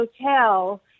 hotel